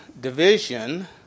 Division